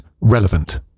relevant